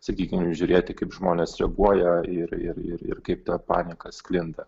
sakykim žiūrėti kaip žmonės reaguoja ir ir ir ir kaip ta panika sklinda